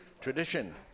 tradition